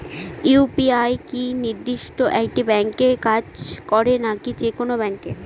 UPI কি নির্দিষ্ট একটি ব্যাংকে কাজ করে নাকি যে কোনো ব্যাংকে?